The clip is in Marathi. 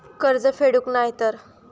कर्ज फेडूक नाय तर?